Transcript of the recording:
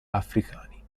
africani